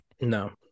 No